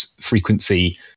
frequency